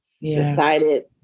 decided